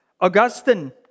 Augustine